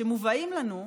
שמובאים לנו,